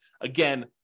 Again